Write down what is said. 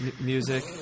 Music